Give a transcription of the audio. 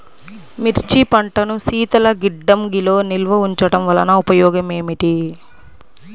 మిర్చి పంటను శీతల గిడ్డంగిలో నిల్వ ఉంచటం వలన ఉపయోగం ఏమిటి?